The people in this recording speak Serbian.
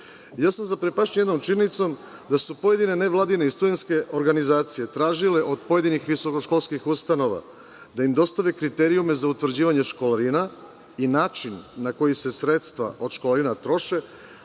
sam jednom činjenicom, da su pojedine nevladine i studentske organizacije tražile od pojedinih visokoškolskih ustanova da im dostave kriterijume za utvrđivanje školarina i način na koji se sredstva od školarina troše,